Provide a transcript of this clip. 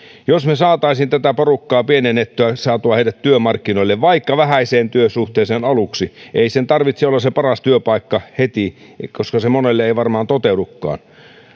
jos me saisimme tätä porukkaa pienennettyä saisimme heidät työmarkkinoille vaikka vähäiseen työsuhteeseen aluksi ei sen tarvitse olla se paras työpaikka heti koska se ei monelle varmaan toteudukaan